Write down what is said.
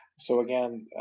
so again,